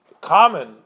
common